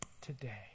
today